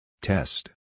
Test